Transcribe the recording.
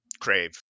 crave